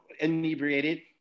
inebriated